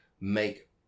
make